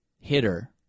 hitter